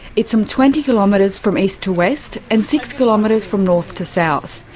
it's some twenty kilometres from east to west and six kilometres from north to south.